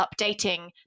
updating